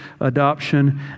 adoption